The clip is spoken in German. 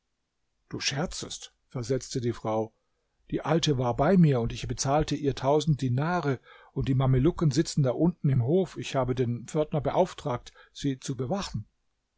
du scherzest versetzte die frau die alte war bei mir und ich bezahlte ihr tausend dinare und die mamelucken sitzen da unten im hof ich habe den pförtner beauftragt sie zu bewachen